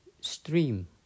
stream